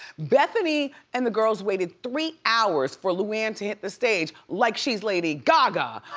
bethenny and the girls waited three hours for luann to hit the stage, like she's lady gaga.